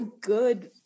good